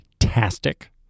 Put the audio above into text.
fantastic